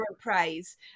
praise